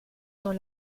dans